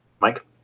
Mike